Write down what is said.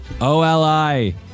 OLI